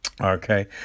Okay